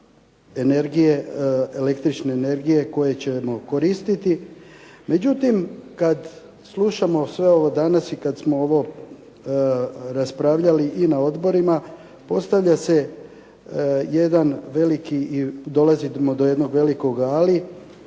izvore električne energije koje ćemo koristiti, međutim kad slušamo sve ovo danas i kad smo ovo raspravljali i na odborima postavlja se jedan veliki i dolazimo do jednog velikog ali,